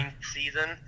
season